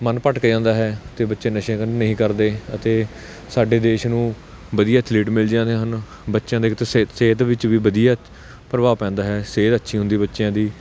ਮਨ ਭਟਕ ਜਾਂਦਾ ਹੈ ਅਤੇ ਬੱਚੇ ਨਸ਼ੇ ਕਰਨ ਨਹੀਂ ਕਰਦੇ ਅਤੇ ਸਾਡੇ ਦੇਸ਼ ਨੂੰ ਵਧੀਆ ਅਥਲੀਟ ਮਿਲ ਜਾਂਦੇ ਹਨ ਬੱਚਿਆਂ ਦੇ ਇੱਕ ਤਾਂ ਸਿ ਸਿਹਤ ਵਿੱਚ ਵੀ ਵਧੀਆ ਪ੍ਰਭਾਵ ਪੈਂਦਾ ਹੈ ਸਿਹਤ ਅੱਛੀ ਹੁੰਦੀ ਬੱਚਿਆਂ ਦੀ